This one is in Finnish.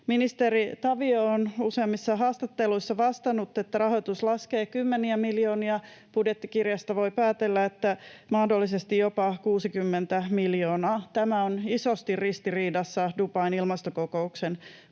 Ministeri Tavio on useammissa haastatteluissa vastannut, että rahoitus laskee kymmeniä miljoonia. Budjettikirjasta voi päätellä, että mahdollisesti jopa 60 miljoonaa. Tämä on isosti ristiriidassa Dubain ilmastokokouksen puheiden